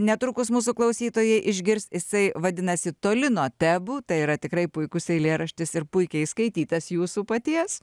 netrukus mūsų klausytojai išgirs jisai vadinas toli nuo tebų tai yra tikrai puikus eilėraštis ir puikiai įskaitytas jūsų paties